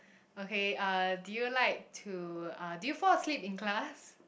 okay uh do you like to uh do you fall asleep in class